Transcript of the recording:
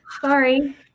Sorry